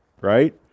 Right